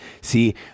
See